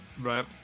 Right